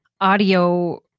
audio